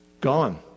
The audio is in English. gone